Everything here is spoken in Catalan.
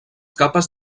capes